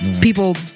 people